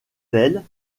elles